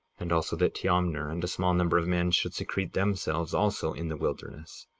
and also that teomner and a small number of men should secrete themselves also in the wilderness.